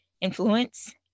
influence